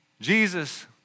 Jesus